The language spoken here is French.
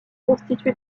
constitué